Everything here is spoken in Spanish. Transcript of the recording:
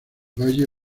valle